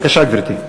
בבקשה, גברתי.